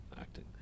acting